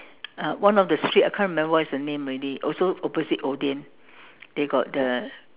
uh one of the street I can't remember what is the name already also opposite Odean they got the